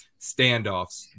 standoffs